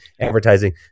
advertising